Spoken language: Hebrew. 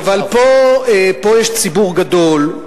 אבל פה יש ציבור גדול,